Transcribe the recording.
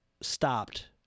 stopped